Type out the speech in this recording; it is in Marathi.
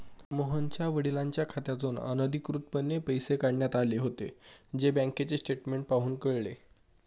मोहनच्या वडिलांच्या खात्यातून अनधिकृतपणे पैसे काढण्यात आले होते, जे बँकेचे स्टेटमेंट पाहून कळले